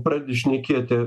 pradedi šnekėti